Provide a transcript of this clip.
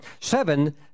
Seven